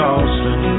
Austin